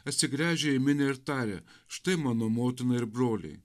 atsigręžė į minią ir tarė štai mano motina ir broliai